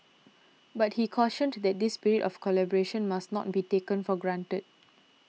but he cautioned that this spirit of collaboration must not be taken for granted